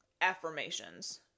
affirmations